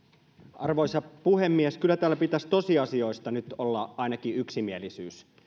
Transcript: arvoisa puhemies kyllä täällä pitäisi tosiasioista nyt olla ainakin yksimielisyys